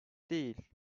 değil